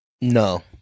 No